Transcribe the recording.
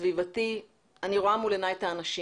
וסביבתי אלא אני רואה מול עיני את האנשים.